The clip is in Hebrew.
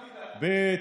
ב.